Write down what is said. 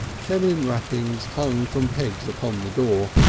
feminine wrappings hung from pegs upon the door,